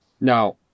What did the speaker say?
Now